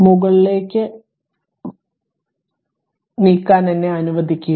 മുകളിലേക്ക് നീങ്ങാൻ എന്നെ അനുവദിക്കുക